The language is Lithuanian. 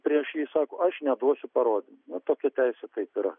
prieš jį sako aš neduosiu parodymų na tokia teisė taip yra